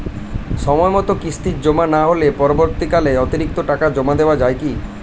সময় মতো কিস্তি জমা না হলে পরবর্তীকালে অতিরিক্ত টাকা জমা দেওয়া য়ায় কি?